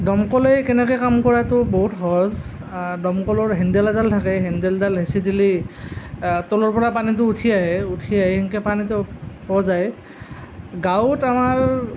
দমকলে কেনেকৈ কাম কৰাটো বহুত সহজ দমকলৰ হেণ্ডেল এডাল থাকে হেণ্ডেলডাল হেঁচি দিলেই তলৰ পৰা পানীটো উঠি আহে উঠি আহে এনেকৈ পানীটো পোৱা যায় গাঁৱত আমাৰ